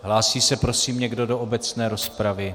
Hlásí se prosím někdo do obecné rozpravy?